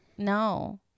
No